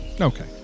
Okay